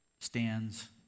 stands